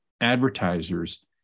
advertisers